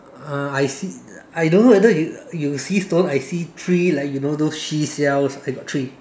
uh I see I dunno whether you uh you see stone I see three like you know those sea shells I got three